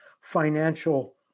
financial